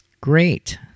Great